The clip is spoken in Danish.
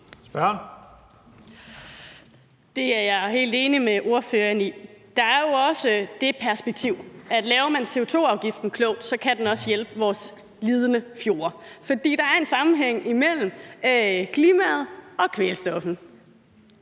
Det er jeg helt enig med ordføreren i. Der er jo også det perspektiv, at hvis man laver CO2-afgiften klogt, kan den også hjælpe vores lidende fjorde, for der er en sammenhæng mellem klimaet og kvælstoffet.